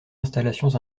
installations